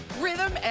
Rhythm &